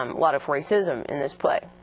um lot of racism in this play.